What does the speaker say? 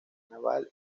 naval